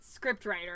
scriptwriter